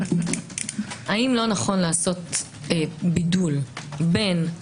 האם לא נכון לעשות בידול בין,